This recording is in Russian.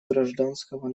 гражданского